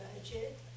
budget